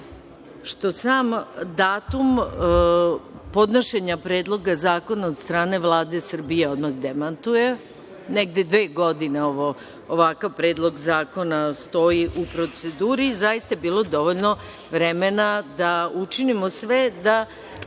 što sam datum podnošenja predloga zakona od same Vlade Srbije odmah demantuje. Negde dve godine ovakav predlog zakona stoji u proceduri. Zaista je bilo dovoljno vremena da učinimo sve da